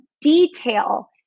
detail